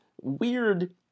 Weird